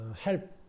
help